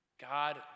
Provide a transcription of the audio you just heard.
God